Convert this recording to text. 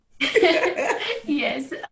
Yes